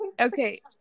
Okay